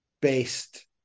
based